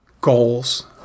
Goals